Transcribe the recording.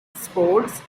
sports